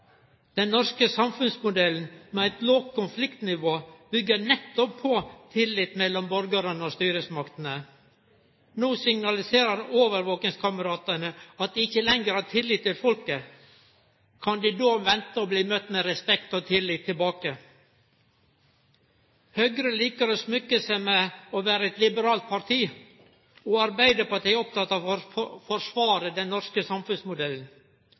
Den norske samfunnsmodellen med eit lågt konfliktnivå byggjer nettopp på tillit mellom borgarane og styresmaktene. No signaliserer overvakingskameratane at dei ikkje lenger har tillit til folket. Kan dei då vente å bli møtt med respekt og tillit tilbake? Høgre likar å smykke seg med å vere eit liberalt parti. Og Arbeidarpartiet er oppteke av å forsvare den norske samfunnsmodellen.